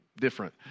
different